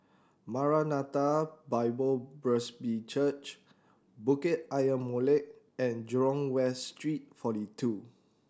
Maranatha Bible Presby Church Bukit Ayer Molek and Jurong West Street Forty Two